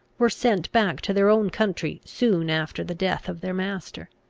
were sent back to their own country soon after the death of their master.